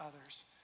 others